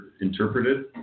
interpreted